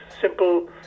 simple